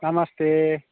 नमस्ते